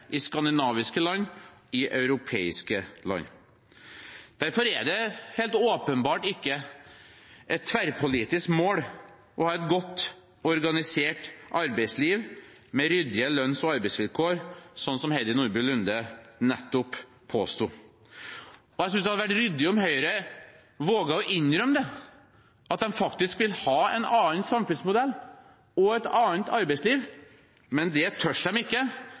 i skandinaviske land, i europeiske land. Derfor er det helt åpenbart ikke et tverrpolitisk mål å ha et godt organisert arbeidsliv, med ryddige lønns- og arbeidsvilkår, slik som Heidi Nordby Lunde nettopp påsto. Jeg synes det hadde vært ryddig om Høyre våget å innrømme at de faktisk vil ha en annen samfunnsmodell og et annet arbeidsliv, men det tør de ikke,